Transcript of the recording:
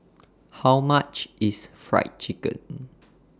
How much IS Fried Chicken